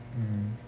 mmhmm